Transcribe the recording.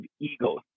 egos